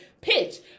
pitch